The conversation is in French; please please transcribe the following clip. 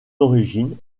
origine